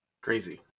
crazy